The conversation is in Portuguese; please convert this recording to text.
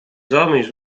homens